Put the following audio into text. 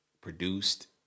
Produced